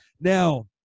Now